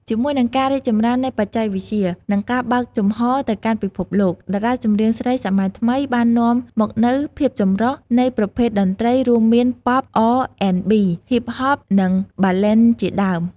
ជាមួយនឹងការរីកចម្រើននៃបច្ចេកវិទ្យា និងការបើកចំហរទៅកាន់ពិភពលោក តារាចម្រៀងស្រីសម័យថ្មីបាននាំមកនូវ ភាពចម្រុះ នៃប្រភេទតន្ត្រី រួមមាន Pop R&B Hip Hop និង Ballad ជាដើម។